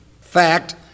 fact